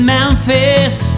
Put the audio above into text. Memphis